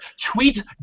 tweet